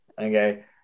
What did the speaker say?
okay